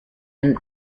and